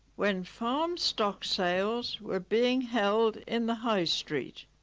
when farm stock sales were being held in the high street